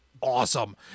awesome